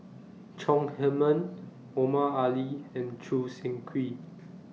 Chong Heman Omar Ali and Choo Seng Quee